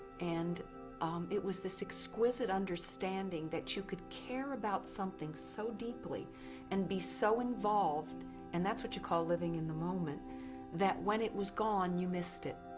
and um it was this exquisite understanding that you could care about something so deeply and be so involved and that's what you call living in the moment that when it was gone you missed it.